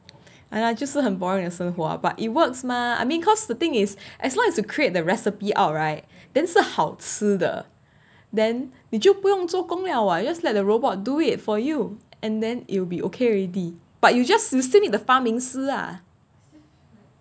!alah! 就是很 boring 的生活 but it works mah I mean cause the thing as long as you create the recipe out right then 是好吃的 then 你就不用做工了 [what] you just let the robot do it for you and then it'll be okay already but you just you still need the 发明师 ah